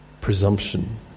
presumption